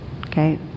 okay